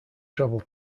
travel